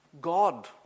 God